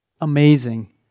amazing